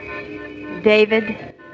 David